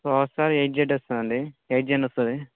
processor eight Z వస్తుంది eight gen వస్తుంది